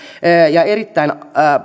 ja erittäin